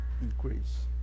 increase